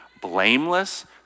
blameless